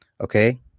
Okay